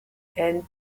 and